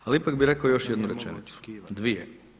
Ali ipak bih rekao još jednu rečenicu, dvije.